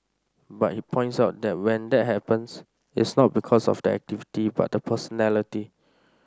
but he points out that when that happens it's not because of the activity but the personality